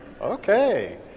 Okay